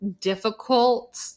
difficult